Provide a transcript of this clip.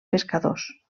pescadors